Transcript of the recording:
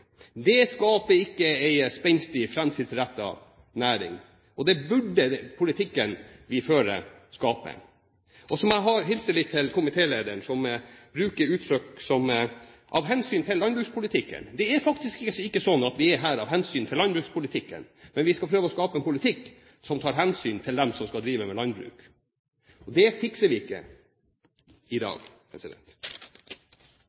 Det skaper ikke en spenstig, fremtidsrettet næring. Det burde den politikken vi fører, skape. Så må jeg hilse litt til komitélederen, som bruker uttrykk som: av hensyn til landbrukspolitikken. Det er faktisk ikke sånn at vi er her av hensyn til landbrukspolitikken, men vi skal prøve å skape en politikk som tar hensyn til dem som skal drive med landbruk. Det fikser vi ikke i